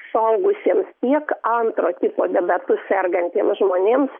suaugusiems tiek antro tipo diabetu sergantiem žmonėms